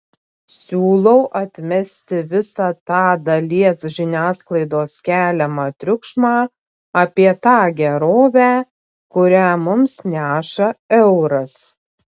siūlau atmesti visą tą dalies žiniasklaidos keliamą triukšmą apie tą gerovę kurią mums neša euras